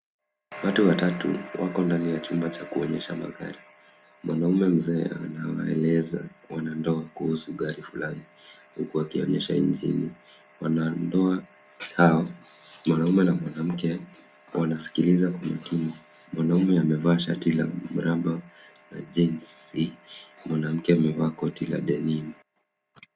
Watu watatu wako ndani ya chumba cha kuonyesha magari. Mwanamume mzee anawaeleza wanandoa kuhusu gari fulani huku wakionyesha injini. Wanandoa hao, mwanamume na mwanamke, wanasikiliza kwa makini; mwanamume amevaa shati la mraba na jinsi, mwanamke amevaa koti la denimi.